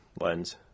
lens